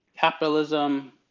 capitalism